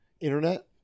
internet